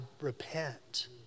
repent